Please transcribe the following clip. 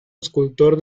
escultor